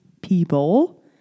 people